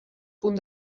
punt